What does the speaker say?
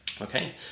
Okay